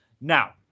Now